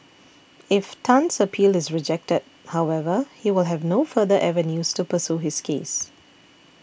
if Tan's appeal is rejected however he will have no further avenues to pursue his case